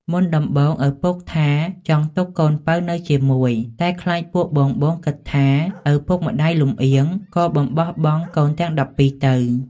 មុនដំបូងឪពុកថាចង់ទុក្ខកូនពៅនៅជាមួយ តែខ្លាចពួកបងៗគិតថាឪពុកម្តាយលម្អៀងក៏បំបោះបង់កូនទាំង១២ទៅ។